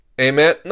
Amen